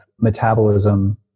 metabolism